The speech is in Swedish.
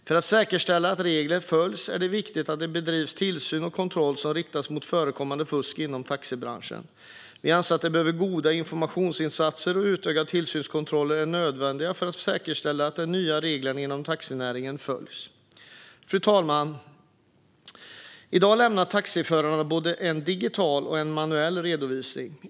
För att säkerställa att regler följs är det viktigt att det bedrivs tillsyn och kontroller som riktas mot förekommande fusk inom taxibranschen. Vi anser att det behövs goda informationsinsatser. Utökade tillsynskontroller är nödvändiga för att säkerställa att de nya reglerna inom taxinäringen följs. Fru talman! I dag lämnar taxiförarna både en digital och en manuell redovisning.